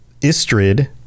Istrid